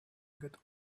get